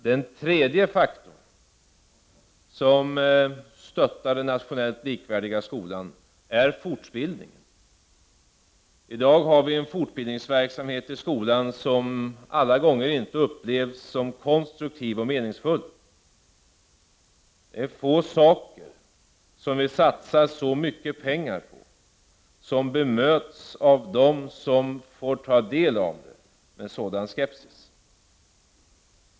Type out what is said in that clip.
Den tredje faktorn som stöttar den nationellt likvärdiga skolan är fortbildningen. I dag har vi en fortbildningsverksamhet i skolan som inte alla gånger upplevs som konstruktiv och meningsfull. Det är få saker som vi satsar så mycket pengar på men som av dem som får ta del av den bemöts med skepsis.